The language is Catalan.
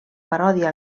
paròdia